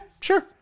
sure